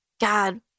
God